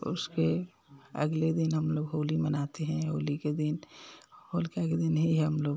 उसके अगले दिन हम लोग होली मनाते हैं होली के दिन होलिका के दिन ही हम लोग